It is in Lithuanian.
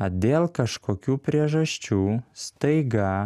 na dėl kažkokių priežasčių staiga